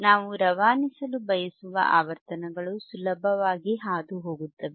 ನಾವು ರವಾನಿಸಲು ಬಯಸುವ ಆವರ್ತನಗಳು ಸುಲಭವಾಗಿ ಹಾದು ಹೋಗುತ್ತವೆ